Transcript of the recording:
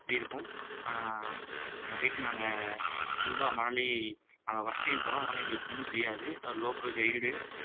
அப்படி இருக்கும் அங்கே போயிட்டு நாங்கள் ஃபுல்லாக மணாலி நாங்கள் ஃபஸ்ட் டைம் போகிறோம் அதனால் எங்களுக்கு ஒன்றும் தெரியாது லோக்கல் கைடு